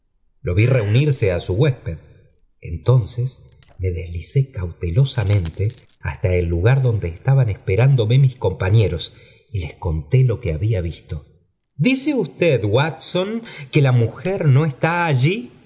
lo vi reunirse á su huésped entonces me deslicé cautelosamente hasta el lugar donde estaban esperándome mis compafietfh y les contó lo que había visto dice usted wat son que la mujer n gá allí